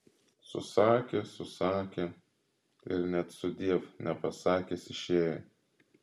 susakė susakė ir net sudiev nepasakęs išėjo